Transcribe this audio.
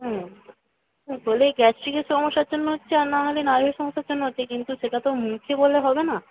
হলে গ্যাস্ট্রিকের সমস্যার জন্য হচ্ছে আর নাহলে নার্ভের সমস্যার জন্য হচ্ছে কিন্তু সেটা তো মুখে বললে হবে না